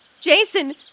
Jason